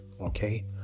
okay